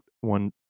one